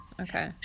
okay